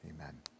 amen